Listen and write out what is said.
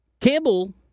Campbell